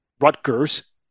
Rutgers